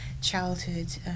childhood